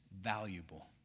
valuable